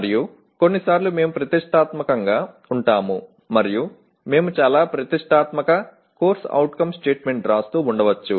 మరియు కొన్నిసార్లు మేము ప్రతిష్టాత్మకంగా ఉంటాము మరియు మేము చాలా ప్రతిష్టాత్మక CO స్టేట్మెంట్ వ్రాస్తూ ఉండవచ్చు